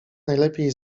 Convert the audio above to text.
najlepiej